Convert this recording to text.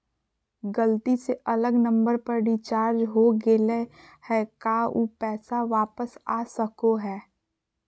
गलती से अलग नंबर पर रिचार्ज हो गेलै है का ऊ पैसा वापस आ सको है?